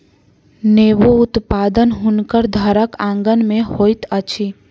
नेबो उत्पादन हुनकर घरक आँगन में होइत अछि